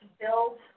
build